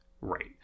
Right